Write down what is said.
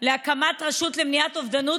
להקמת רשות למניעת אובדנות,